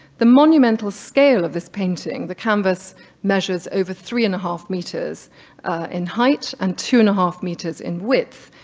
the monumental scale of this painting, the canvas measures over three and half meters in height and two and half meters in width,